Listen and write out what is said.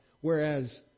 Whereas